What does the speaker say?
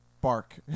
Bark